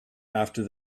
after